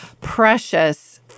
precious